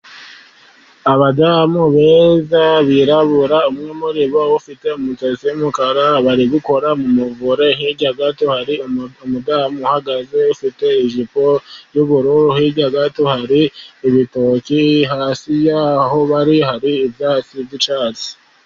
Abadamu beza birabura, umwe muri bo ufite umusatsi w'umukara. Bari gukora mu muvure, hirya gato hari umudamu uhagaze ufite ijipo y'ubururu, hirya gato hari ibitoki, hasi y'aho bari hari ibyatsi by'icyatsi.